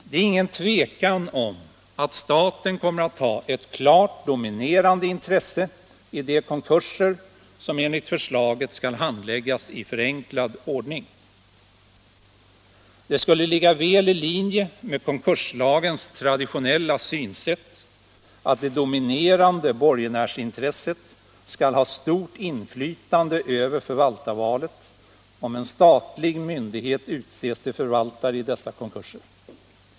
Det är ingen tvekan om att staten kommer att ha ett klart dominerande intresse i de konkurser som enligt förslaget skall handläggas i förenklad ordning. Det skulle ligga väl i linje med konkurslagens traditionella synsätt att det dominerande borgenärsintresset skall ha stort inflytande över förvaltarvalet om en statlig myndighet utses till förvaltare i dessa konkurser.